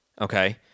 okay